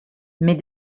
mais